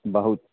बहुत